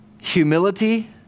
Humility